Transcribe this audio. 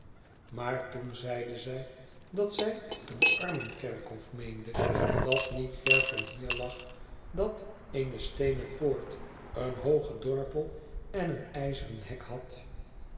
maar toen zeide zij dat zij een armenkerkhof meende dat niet ver van hier lag dat eene steenen poort een hoogen dorpel en een ijzeren hék had